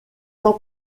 ans